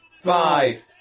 five